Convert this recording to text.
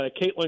Caitlin